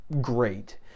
great